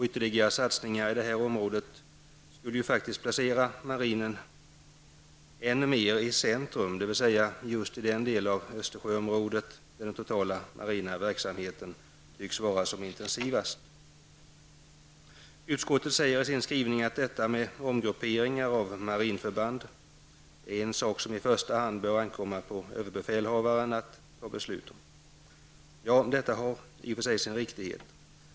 Ytterligare satsningar i detta område skulle faktiskt placera marinen än mer i centrum, dvs. just i den delen av Östersjöområdet där den totala marina verksamheten tycks vara som intensivast. Utskottet säger i sin skrivning att detta med omgrupperingar av marinförband i första hand ankommer på ÖB att besluta om. Ja, det har förvisso sin riktighet.